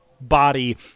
body